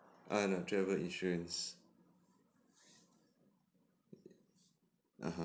ah no travel insurance (uh huh)